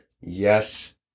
yes